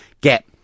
get